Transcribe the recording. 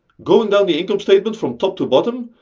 going down the income statement from top to bottom,